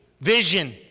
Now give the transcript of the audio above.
Vision